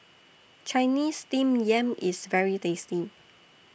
Chinese Steamed Yam IS very tasty